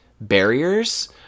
barriers